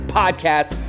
podcast